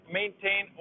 maintain